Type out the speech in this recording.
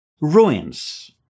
Ruins